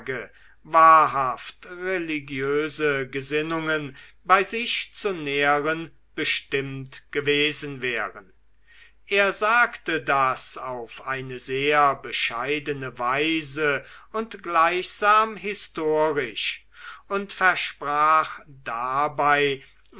wahrhaft religiöse gesinnungen bei sich zu nähren bestimmt gewesen wären er sagte das auf eine sehr bescheidene weise und gleichsam historisch und versprach dabei